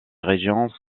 régions